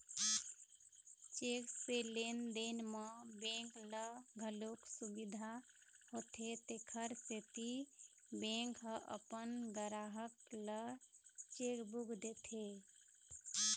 cheque से लेन देन म बेंक ल घलोक सुबिधा होथे तेखर सेती बेंक ह अपन गराहक ल चेकबूक देथे